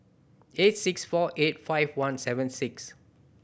eight six four eight five one seven six